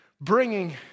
bringing